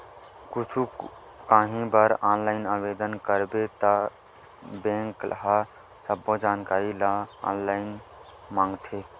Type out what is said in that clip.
कुछु काही बर ऑनलाईन आवेदन करबे त बेंक ह सब्बो जानकारी ल ऑनलाईन मांगथे